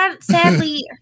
sadly